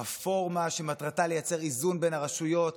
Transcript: רפורמה שמטרתה לייצר איזון בין הרשויות,